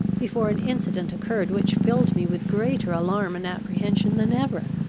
before an incident occurred which filled me with greater alarm and apprehension than ever.